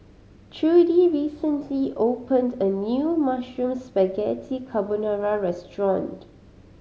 Trudi recently opened a new Mushroom Spaghetti Carbonara Restaurant